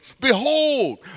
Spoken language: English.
Behold